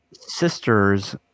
sister's